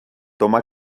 toma